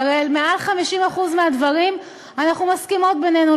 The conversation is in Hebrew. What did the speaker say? כי הרי על מעל 50% מהדברים אנחנו מסכימות בינינו.